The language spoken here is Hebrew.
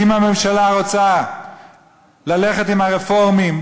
ואם הממשלה רוצה ללכת עם הרפורמים,